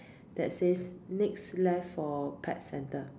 that says next left for pet centre